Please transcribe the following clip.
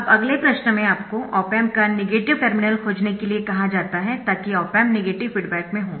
अब अगले प्रश्न में आपको ऑप एम्प का नेगेटिव टर्मिनल खोजने के लिए कहा जाता है ताकि ऑप एम्प नेगेटिव फीडबैक में हो